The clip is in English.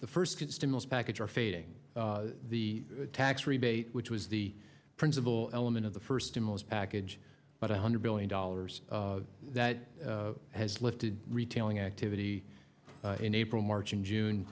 the first stimulus package are fading the tax rebate which was the principal element of the first stimulus package but one hundred billion dollars that has lifted retailing activity in april march and june